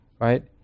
right